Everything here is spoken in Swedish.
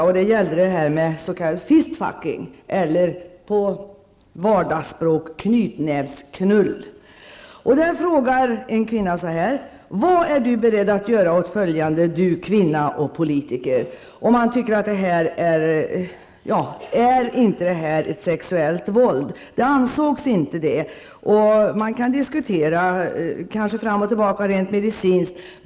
Brevet gällde s.k. fist-fucking, eller på vardagsspråk ''knytnävsknull''. I brevet ställs följande fråga: ''Vad är Du beredd att göra åt följande -- Du som kvinna och politiker?'' Är det inte här fråga om sexuellt våld? Nu ansågs det inte vara så. Det går att diskutera frågan fram och tillbaka rent medicinskt sett.